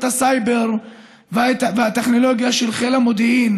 הסייבר והטכנולוגיה של חיל המודיעין.